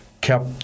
kept